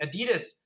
Adidas